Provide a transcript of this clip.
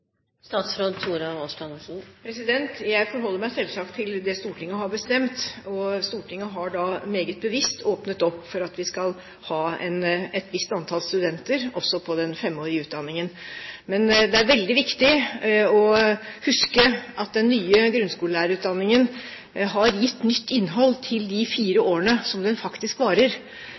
Jeg forholder meg selvsagt til det Stortinget har bestemt, og Stortinget har meget bevisst åpnet opp for at vi skal ha et visst antall studenter også på den femårige utdanningen. Men det er veldig viktig å huske at den nye grunnskolelærerutdanningen har gitt nytt innhold til de fire årene som den faktisk varer.